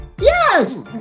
Yes